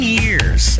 years